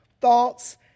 thoughts